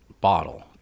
bottle